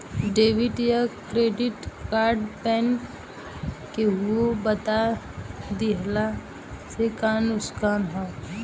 Debit या credit card pin केहूके बता दिहला से का नुकसान ह?